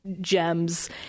gems